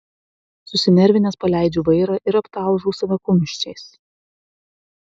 susinervinęs paleidžiu vairą ir aptalžau save kumščiais